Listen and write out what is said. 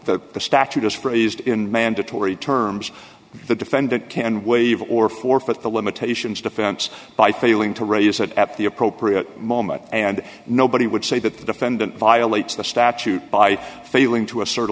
though the statute is phrased in mandatory terms the defendant can waive or forfeit the limitations defense by failing to raise it at the appropriate moment and nobody would say that the defendant violates the statute by failing to a certain